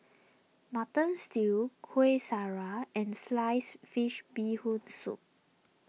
Mutton Stew Kuih Syara and Sliced Fish Bee Hoon Soup